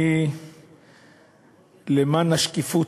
למען השקיפות,